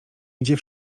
idzie